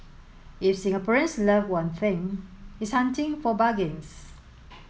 if Singaporeans love one thing it's hunting for bargains